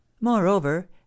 Moreover